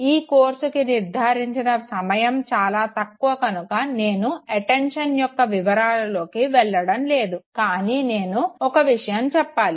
ఈ కోర్సుకి నిర్ధారించిన సమయం చాలా తక్కువ కనుక నేను అట్టేన్షన్ యొక్క వివరాలలోకి వెళ్ళడం లేదు కానీ నేను ఒక విషయం చెప్పాలి